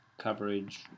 Coverage